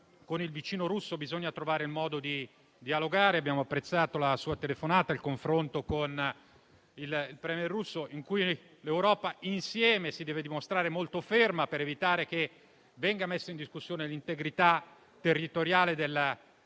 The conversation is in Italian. con il vicino russo bisogna trovare il modo di dialogare. Abbiamo apprezzato la sua telefonata e il confronto con il *Premier* russo; è una situazione in cui l'Europa si deve dimostrare molto ferma per evitare che venga messa in discussione l'integrità territoriale dell'Ucraina.